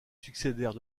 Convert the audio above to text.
succédèrent